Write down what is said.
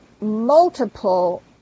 multiple